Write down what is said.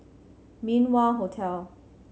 Min Wah Hotel